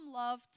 love